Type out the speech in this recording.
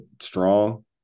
strong